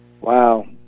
Wow